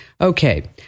Okay